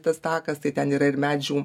tas takas tai ten yra ir medžių